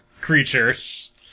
creatures